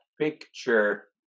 picture